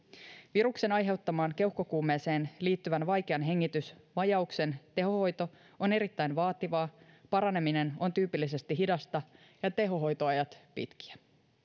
viruksen aiheuttamaan keuhkokuumeeseen liittyvän vaikean hengitysvajauksen tehohoito on erittäin vaativaa paraneminen on tyypillisesti hidasta ja tehohoitoajat pitkiä